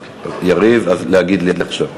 יריב, אז להגיד לי עכשיו.